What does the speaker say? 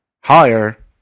higher